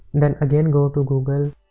then again go to google